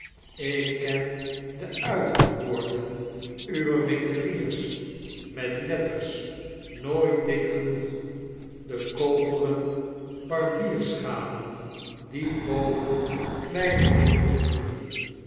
k ken de uithangborden uwer winkeliers met letters nooit dik genoeg de koperen barbierschalen die boven kleine winkels bungelen